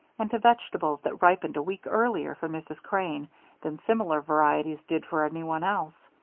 and to vegetables that ripened a week earlier for mrs. crane than similar varieties did for anyone else.